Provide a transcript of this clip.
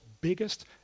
biggest